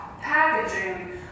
packaging